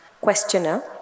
Questioner